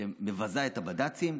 שמבזה את הבד"צים,